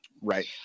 Right